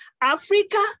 Africa